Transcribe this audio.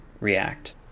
react